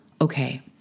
okay